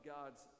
God's